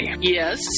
Yes